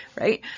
right